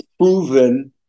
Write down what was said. proven